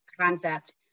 concept